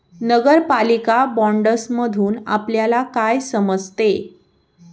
नगरपालिका बाँडसमधुन आपल्याला काय समजते?